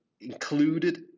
included